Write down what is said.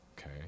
okay